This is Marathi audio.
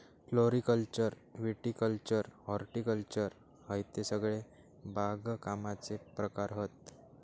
फ्लोरीकल्चर विटीकल्चर हॉर्टिकल्चर हयते सगळे बागकामाचे प्रकार हत